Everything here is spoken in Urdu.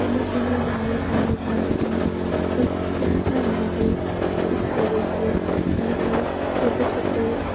انہیں کمی نہ آئے پانی پینے میں کوئی پیاسا نہ ہو اس وجہ سے الگ الگ چھوٹے چھوٹے